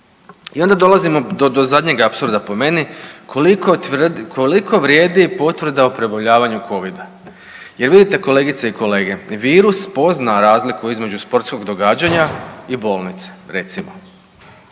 I onda dolazimo do zadnjeg apsurda po meni, koliko vrijedi potvrda o preboljavanju covida? Jel vidite kolegice i kolege, virus pozna razliku između sportskog događanja i bolnice recimo,